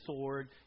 sword